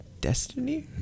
Destiny